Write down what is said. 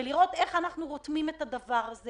ולראות איך אנחנו רותמים את הדבר הזה